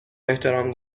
احترام